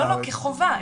לא, כחובה.